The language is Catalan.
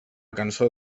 cançó